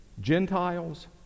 Gentiles